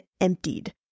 emptied